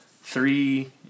three